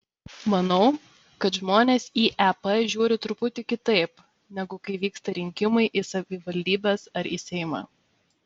manau kad žmonės į ep žiūri truputį kitaip negu kai vyksta rinkimai į savivaldybes arba į seimą